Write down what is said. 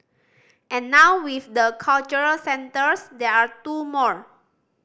and now with the cultural centres there are two more